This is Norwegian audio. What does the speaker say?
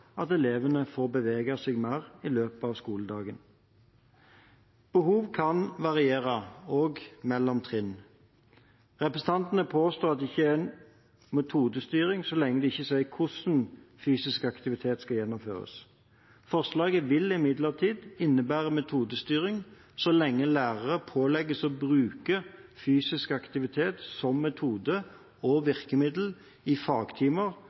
at elevene får bevege seg mer i løpet av skoledagen. Behov kan variere også mellom trinn. Representantene påstår at det ikke er en metodestyring så lenge de ikke sier hvordan fysisk aktivitet skal gjennomføres. Forslaget vil imidlertid innebære metodestyring så lenge lærere pålegges å bruke fysisk aktivitet som metode og virkemiddel i fagtimer